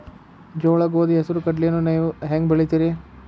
ಜೋಳ, ಗೋಧಿ, ಹೆಸರು, ಕಡ್ಲಿಯನ್ನ ನೇವು ಹೆಂಗ್ ಬೆಳಿತಿರಿ?